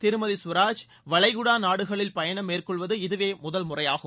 திருமதி சுவராஜ் வளைகுடா நாடுகளில் பயணம் மேற்கொள்வது இதுவே முதல் முறையாகும்